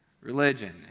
religion